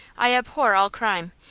i abhor all crime,